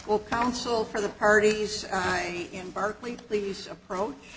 will counsel for the parties in berkeley please approach